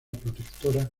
protectora